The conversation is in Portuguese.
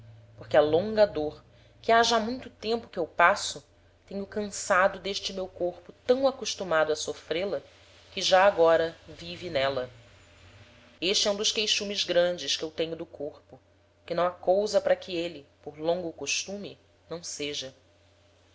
porque a longa dôr que ha já muito tempo que eu passo tem o cansado d'este meu corpo tam acostumado a sofrê la que já agora vive n'éla este é um dos queixumes grandes que eu tenho do corpo que não ha cousa para que êle por longo costume não seja